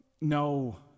No